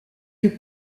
que